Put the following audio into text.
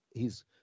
hes